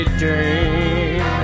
dream